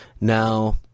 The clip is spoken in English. Now